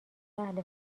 اهل